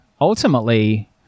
Ultimately